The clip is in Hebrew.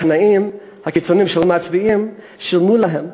הקנאים, הקיצונים, שלא מצביעים, שילמו להם,